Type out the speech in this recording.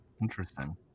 Interesting